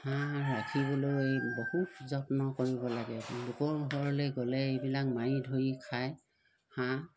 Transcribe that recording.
হাঁহ ৰাখিবলৈ বহুত যত্ন কৰিব লাগে লোকৰ ঘৰলৈ গ'লে এইবিলাক মাৰি ধৰি খায় হাঁহ